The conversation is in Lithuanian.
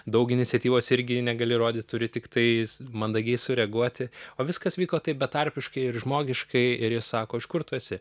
daug iniciatyvos irgi negali rodyt turi tiktai jis mandagiai sureaguoti o viskas vyko taip betarpiškai ir žmogiškai ir jis sako iš kur tu esi